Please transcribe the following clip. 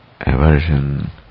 aversion